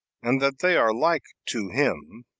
and that they are like to him,